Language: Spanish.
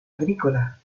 agrícola